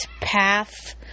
Path